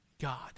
God